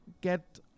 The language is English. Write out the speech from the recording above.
get